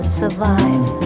survive